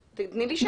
תני לי שם.